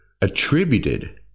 attributed